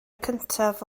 cyntaf